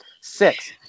Six